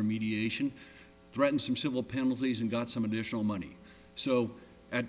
remediation threaten some civil penalties and got some additional money so at